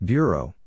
Bureau